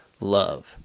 love